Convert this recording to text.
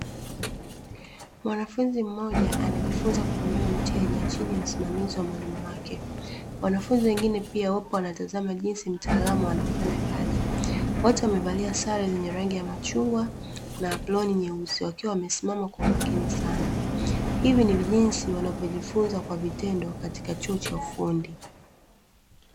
Mwanafunzi mmoja anajifunza jinsi ya kumnyoa mteja chini ya usimamizi wa mwalimu wake ,wanafunzi wengine pia wapo wanatazama jinsi mtaalamu anvyofanya kazi wote wamevalia sare ya rangi ya machungwa na aploni nyeusi wakiwa wamesimama kwa umakini sana hivi ndivyo jinsi wanavyojifunza kwa vitendo katika chuo cha ufundi.